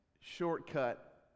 shortcut